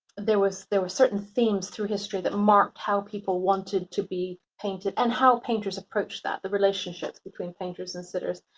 there was there was certain themes through history that marked how people wanted to be painted and how painters approached that, the relationship between painters and sitters.